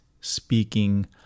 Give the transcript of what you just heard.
speaking